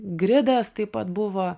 gridas taip pat buvo